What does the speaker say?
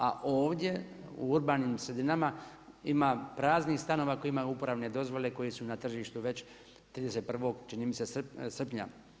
A ovdje u urbanim sredinama ima praznih stanova koje imaju uporabne dozvole, koje su na tržištu već 31. čini mi se srpnja.